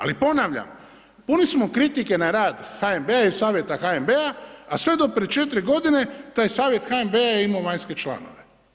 Ali ponavljam, puni smo kritike na rad HNB-a i savjeta HNB-a, a sve do prije 4 godine taj savjet HNB-a je imao vanjske članove.